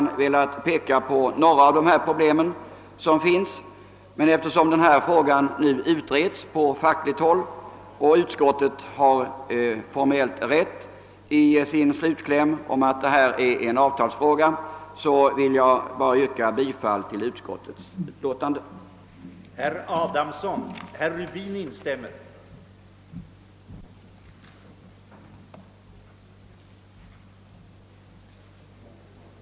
Jag har velat peka på några av de problem som finns, men eftersom denna fråga utreds på fackligt håll och utskottet har formellt rätt i sin slutkläm om att detta är en avtalsfråga, vill jag yrka bifall till utskottets hemställan.